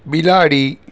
બિલાડી